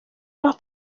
más